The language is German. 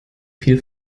viel